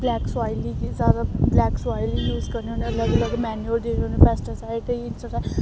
black soil गी जादा black soil use करने होन्ने अलग अलग मेैनयूर देने होन्ने पैस्टीसाइड